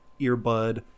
earbud